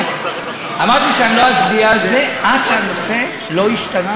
אמרתי שלא אצביע על זה עד שהנושא לא ישתנה,